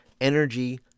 energy